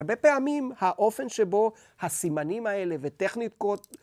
הרבה פעמים, האופן שבו הסימנים האלה וטכניקות...